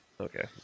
Okay